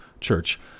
Church